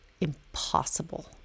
impossible